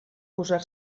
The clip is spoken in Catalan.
posar